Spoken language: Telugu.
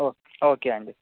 ఓకే ఓకే అండి